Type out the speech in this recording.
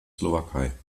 slowakei